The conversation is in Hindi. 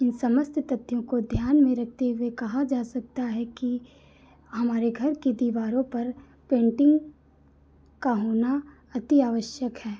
इन समस्त तथ्यों को ध्यान में रखते हुए कहा जा सकता है कि हमारे घर की दीवारों पर पेन्टिंग का होना अति आवश्यक है